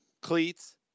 cleats